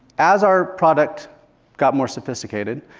as our product got more sophisticated,